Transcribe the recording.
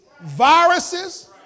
viruses